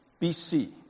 BC